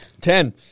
Ten